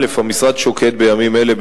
1. המשרד שוקד בימים אלה,